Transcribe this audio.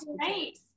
great